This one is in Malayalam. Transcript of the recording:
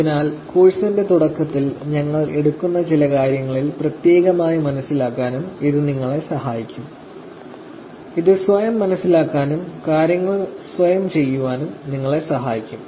അതിനാൽ കോഴ്സിന്റെ തുടക്കത്തിൽ ഞങ്ങൾ എടുക്കുന്ന ചില കാര്യങ്ങളിൽ പ്രത്യേകമായി മനസിലാക്കാനും ഇത് നിങ്ങളെ സഹായിക്കും ഇത് സ്വയം മനസിലാക്കാനും കാര്യങ്ങൾ സ്വയം ചെയ്യാനും നിങ്ങളെ സഹായിക്കും